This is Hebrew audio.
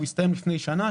הוא הסתיים לפני שנה,